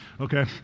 Okay